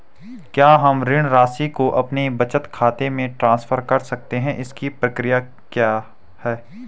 क्या हम ऋण राशि को अपने बचत खाते में ट्रांसफर कर सकते हैं इसकी क्या प्रक्रिया है?